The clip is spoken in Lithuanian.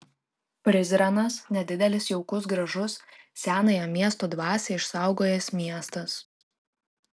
prizrenas nedidelis jaukus gražus senąją miesto dvasią išsaugojęs miestas